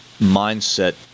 mindset